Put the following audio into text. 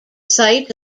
site